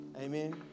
Amen